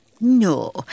No